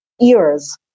ears